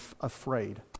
afraid